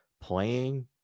playing